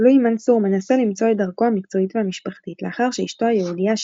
לואי מנסור מנסה למצוא את דרכו המקצועית והמשפחתית לאחר שאשתו היהודייה,